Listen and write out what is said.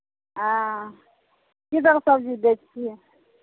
हँऽ की दर सबजी दै छियै